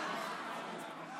(קוראת בשמות חברי הכנסת)